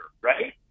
right